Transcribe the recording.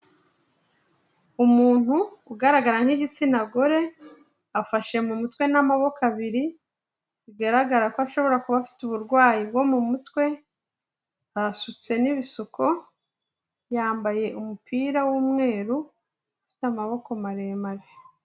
Umuntu ugaragara nk'igitsina gore, afashe mu mutwe n'amaboko abiri, bigaragara ko ashobora kuba afite uburwayi bwo mu mutwe, arasutse n'ibisuko, yambaye umupira w'umweru ufite amaboko maremare.